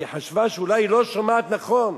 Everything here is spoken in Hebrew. היא חשבה שאולי היא לא שומעת נכון.